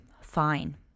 fine